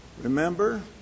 remember